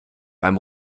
beim